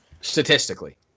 Statistically